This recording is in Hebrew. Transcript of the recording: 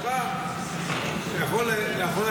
הערה, אני אפילו לא ציני.